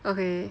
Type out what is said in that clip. okay